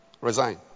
Resign